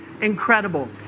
incredible